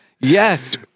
Yes